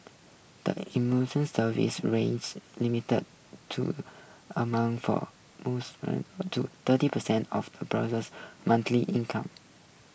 the Service limits the two amount for moves to thirty percent of the brother's income